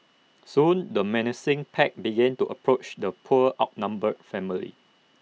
soon the menacing pack began to approach the poor outnumbered family